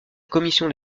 commission